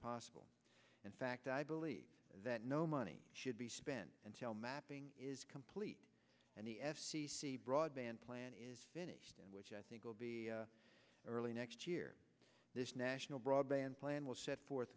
possible in fact i believe that no money should be spent and tell mapping is complete and the f c c broadband plan is finished and which i think will be early next year this national broadband plan will set forth